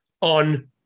on